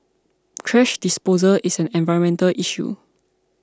thrash disposal is an environmental issue